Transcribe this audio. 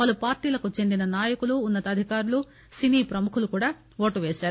పలు పార్టీలకు చెందిన నాయకులు ఉన్న తాధికారులు సినీ ప్రముఖులు కూడా ఓటు పేశారు